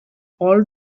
all